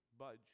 budge